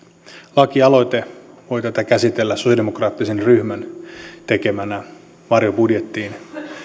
lakialoite voi tätä käsitellä sosialidemokraattisen ryhmän tekemänä vaihtoehtobudjettiin